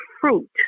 fruit